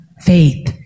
faith